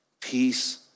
peace